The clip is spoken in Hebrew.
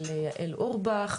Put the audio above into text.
וליעל אורבך,